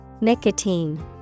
nicotine